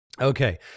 Okay